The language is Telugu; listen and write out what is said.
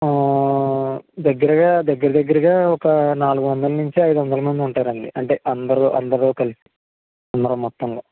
దగ్గరగా దగ్గర దగ్గరగా ఒక నాలుగొందల నుంచి ఐదు వందల మంది ఉంటారండి అంటే అందరూ అందరూ కలిసి అందరం మొత్తంగా